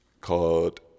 called